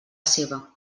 seva